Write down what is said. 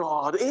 God